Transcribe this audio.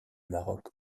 maroc